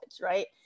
right